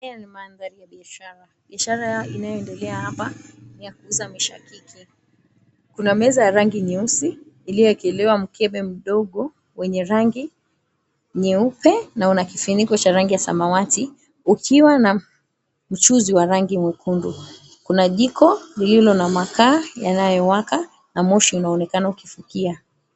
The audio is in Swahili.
Haya ni mandhari ya biashara. Biashara inayoendelea hapa ni ya kuuza mishakiki. Kuna meza ya rangi nyeusi iliyowekelewa mkebe mdogo wenye rangi nyeupe na una kifuniko cha rangi ya samawati, ukiwa na mchuzi wa rangi mwekundu. Kuna jiko lililo na makaa yanayowaka na moshi unaonekana ukifukia.